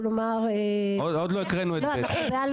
כלומר -- עוד לא הקראנו את ב',